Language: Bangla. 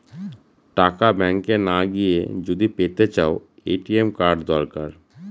টাকা ব্যাঙ্ক না গিয়ে যদি পেতে চাও, এ.টি.এম কার্ড দরকার